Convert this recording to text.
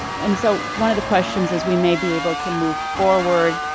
and so one of the questions is we may be able to move forward,